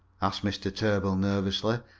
asked mr. tarbill nervously,